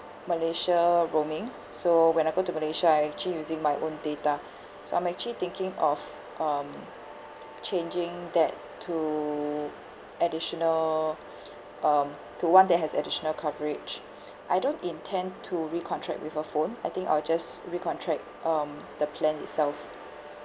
malaysia roaming so when I go to malaysia I actually using my own data so I'm actually thinking of um changing that to additional um to one that has additional coverage I don't intend to recontract with a phone I think I'll just recontract um the plan itself